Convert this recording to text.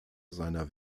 seiner